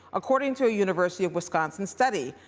according to a university of wisconsin study.